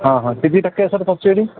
हां हां किती टक्के असते सबसिडी